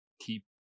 keep